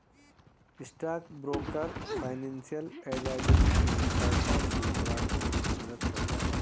stock broker financial advisory के सहायता से ग्राहकों की मदद करता है